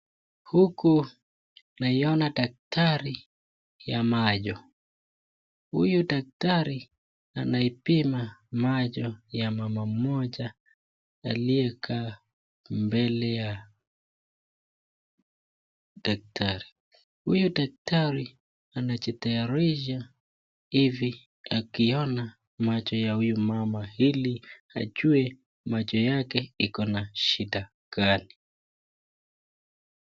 Huku naiona daktari ya macho. Huyu daktari anaipima macho ya mama mmoja aliyekaa mbele ya daktari. Huyu daktari anajitayarisha hivi akiona macho ya huyu mama ili ajue macho yake iko na shida gani.